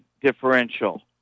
differential